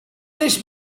this